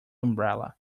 umbrella